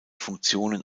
funktionen